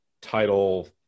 title